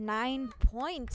nine point